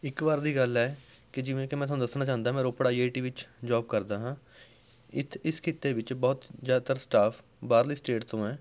ਇੱਕ ਵਾਰ ਦੀ ਗੱਲ ਹੈ ਕਿ ਜਿਵੇਂ ਕਿ ਮੈਂ ਤੁਹਾਨੂੰ ਦੱਸਣਾ ਚਾਹੁੰਦਾ ਮੈਂ ਰੋਪੜ ਆਈ ਆਈ ਟੀ ਵਿੱਚ ਜੋਬ ਕਰਦਾ ਹਾਂ ਇਤ ਇਸ ਕਿੱਤੇ ਵਿੱਚ ਬਹੁਤ ਜ਼ਿਆਦਾਤਰ ਸਟਾਫ਼ ਬਾਹਰਲੇ ਸਟੇਟ ਤੋਂ ਹੈ